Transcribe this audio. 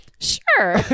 sure